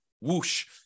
whoosh